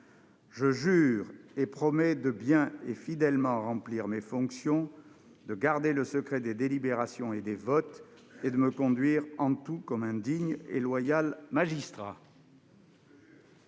Je jure et promets de bien et fidèlement remplir mes fonctions, de garder le secret des délibérations et des votes, et de me conduire en tout comme un digne et loyal magistrat.